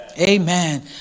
Amen